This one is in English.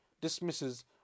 dismisses